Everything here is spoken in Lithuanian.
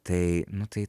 tai nu tai